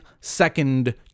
second